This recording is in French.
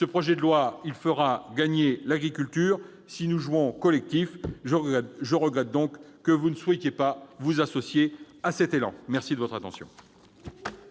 le projet de loi fera gagner l'agriculture si nous jouons collectif. Je regrette donc que vous ne vous associiez pas à cet élan. Hou ! La parole est